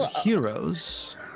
heroes